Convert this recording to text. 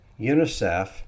UNICEF